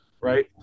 right